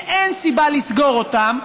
שאין סיבה לסגור אותם,